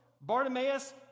Bartimaeus